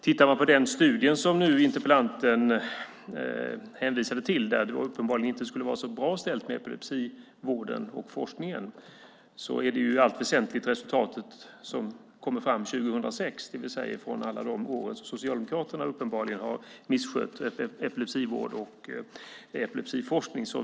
Tittar man på den studie som interpellanten hänvisar till där det uppenbarligen inte skulle vara så bra ställt med epilepsivården och epilepsiforskningen är det i allt väsentligt ett resultat som kom fram 2006. Det är från alla de år som Socialdemokraterna misskött epilepsivård och epilepsiforskning.